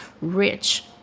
rich